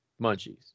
munchies